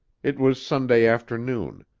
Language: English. it was sunday afternoon.